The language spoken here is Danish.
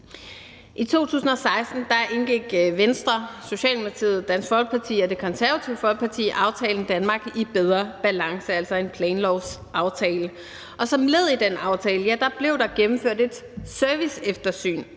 I 2016 indgik Venstre, Socialdemokratiet, Dansk Folkeparti og Det Konservative Folkeparti aftalen »Danmark i bedre balance«, altså en planlovsaftale. Og som led i den aftale blev der gennemført et serviceeftersyn